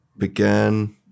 Began